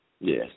Yes